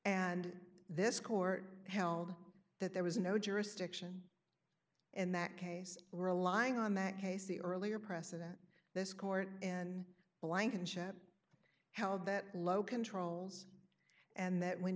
and this court held that there was no jurisdiction in that case we're allying on that case the earlier precedent this court in blankenship held that low controls and that when